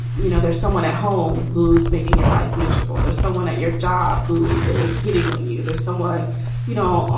you know, there's someone at home who's making your life miserable. there's someone at your job who is hitting on you. there's someone you know, ah